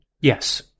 Yes